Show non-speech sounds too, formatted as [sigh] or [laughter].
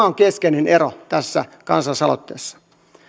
[unintelligible] on keskeinen ero tässä kansalaisaloitteessa